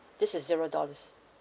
this is zero dollars